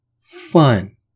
Fun